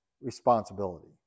responsibility